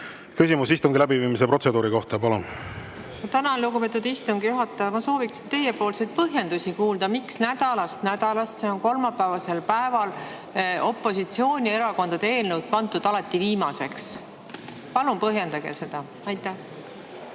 küsimus istungi läbiviimise protseduuri kohta, palun! Tänan, lugupeetud istungi juhataja! Ma sooviksin teie põhjendusi kuulda, miks nädalast nädalasse on kolmapäevasel päeval opositsioonierakondade eelnõud pandud alati viimaseks. Palun põhjendage seda!